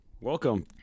Welcome